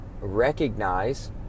recognize